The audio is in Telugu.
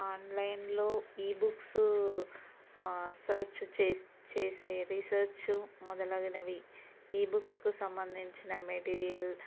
ఆన్లైన్లో ఈ బుక్సు సెర్చ్ చేసే రీసర్చు మొదలగునవి ఈ బుక్స్కు సంబంధించిన మెటీరియల్